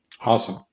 Awesome